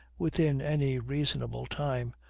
within any reasonable time,